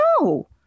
No